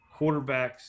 quarterbacks